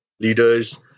leaders